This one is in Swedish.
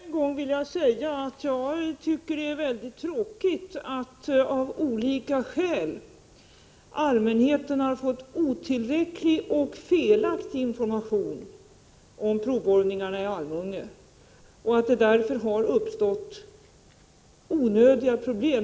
Herr talman! Jag vill än en gång säga att jag tycker att det är väldigt tråkigt att allmänheten av olika skäl har fått otillräcklig och felaktig information om provborrningarna i Almunge och att det därför har uppstått onödiga problem.